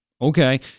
Okay